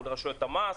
מול רשויות המס.